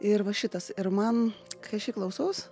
ir va šitas ir man kai aš jį klausaus